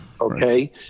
Okay